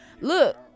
Look